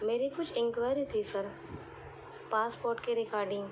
میری کچھ انکوائری تھی سر پاسپورٹ کے ریگارڈنگ